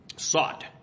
Sought